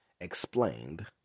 explained